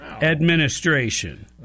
Administration